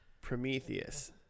Prometheus